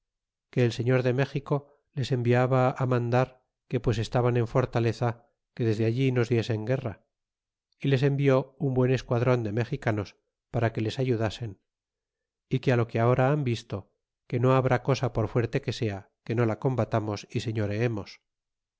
que el señor de méxico les enviaba mandar que pues estaban en fortaleza que desde allí nos diesen guerra y les envió un buen esquadron de mexicanos para que les ayudasen é que lo que ahora han visto que no habrá cosa por fuerte que sea que no la combatamos y señoreemos